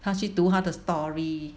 她去读他的 story